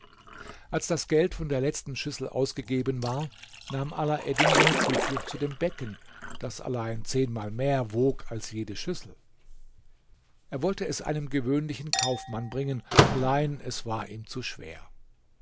als das geld von der letzten schüssel ausgegeben war nahm alaeddin seine zuflucht zu dem becken das allein zehnmal mehr wog als jede schüssel er wollte es einem gewöhnlichen kaufmann bringen allein es war ihm zu schwer